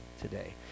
today